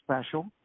special